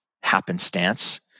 happenstance